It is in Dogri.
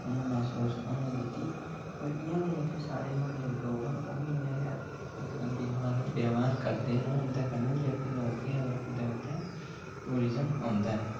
उ'नें मैह्सूस नेईं होने दित्ती इ'यां के जेह्के साढ़े म्हल्ले दे लोक न ओह् बी इ'यां गै इकदम व्यवहार करदे न औंदे कन्नै जेह्के लोक अगर उत्थै टूरियम औंदा ऐ